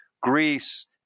Greece